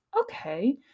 Okay